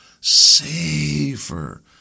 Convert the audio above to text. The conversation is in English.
safer